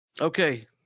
okay